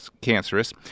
cancerous